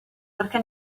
perché